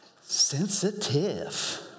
Sensitive